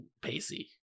Pacey